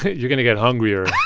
you're going to get hungrier.